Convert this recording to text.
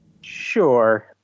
Sure